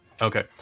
Okay